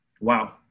Wow